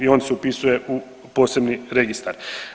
I on se upisuje u posebni registar.